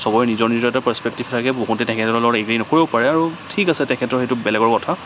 চবৰে নিজৰ নিজৰ এটা পাৰ্ছপেক্টিভ থাকে বহুতে তেখেতৰ লগত এগ্ৰি নকৰিবও পাৰে আৰু ঠিক আছে তেখেতৰ সেইটো বেলেগৰ কথা